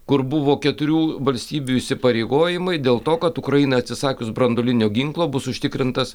kur buvo keturių valstybių įsipareigojimai dėl to kad ukrainai atsisakius branduolinio ginklo bus užtikrintas